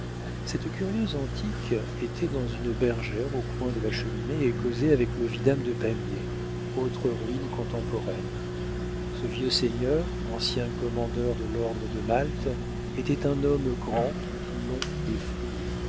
cette curieuse antique était dans une bergère au coin de la cheminée et causait avec le vidame de pamiers autre ruine contemporaine ce vieux seigneur ancien commandeur de l'ordre de malte était un homme grand long et